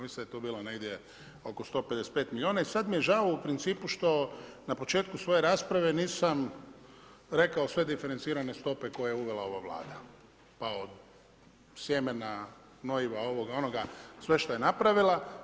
Mislim da je tu bilo negdje oko 155 milijuna i sada mi je žao u principu, što na početku svoje rasprave, nisam rekao sve diferencirane stope, koje je uvela ova Vlada, pa od sjemena, gnojiva, ovoga, onoga, sve što je napravila.